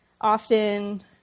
often